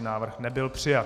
Návrh nebyl přijat.